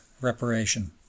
Reparation